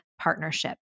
partnership